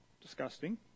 Disgusting